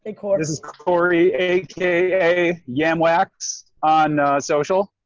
hey corey. this is corey a k a. yamwax on social.